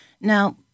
Now